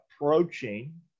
approaching